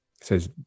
says